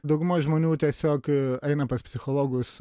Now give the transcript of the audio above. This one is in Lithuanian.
dauguma žmonių tiesiog eina pas psichologus